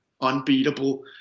unbeatable